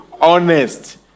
honest